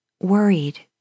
worried